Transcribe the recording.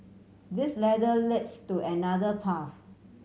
this ladder leads to another path